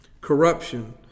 Corruption